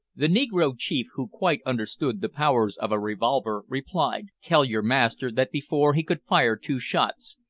the negro chief, who quite understood the powers of a revolver, replied tell your master, that before he could fire two shots,